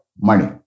money